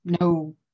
no